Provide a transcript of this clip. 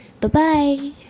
Bye-bye